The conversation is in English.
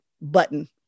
button